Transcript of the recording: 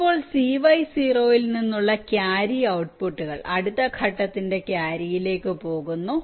ഇപ്പോൾ CY0 ൽ നിന്നുള്ള ക്യാരി ഔട്ട് പുട്ടുകൾ അടുത്ത ഘട്ടത്തിന്റെ ക്യാരിയിലേക്ക് പോകുന്നു